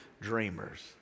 dreamers